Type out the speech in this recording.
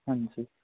ਹਾਂਜੀ